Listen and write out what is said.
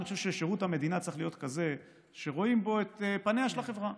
אני חושב ששירות המדינה צריך להיות כזה שרואים בו את פניה של החברה,